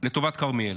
לטובת כרמיאל.